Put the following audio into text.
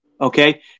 okay